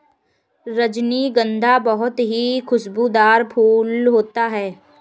रजनीगंधा बहुत ही खुशबूदार फूल होता है